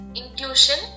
intuition